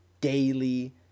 daily